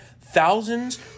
thousands—